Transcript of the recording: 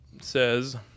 says